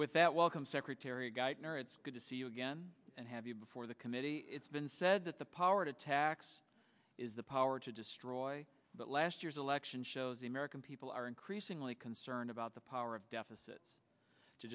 with that welcome secretary geithner it's good to see you again and have you before the committee it's been said that the power to tax is the power to destroy but last year's election shows the american people are increasingly concerned about the power of deficit to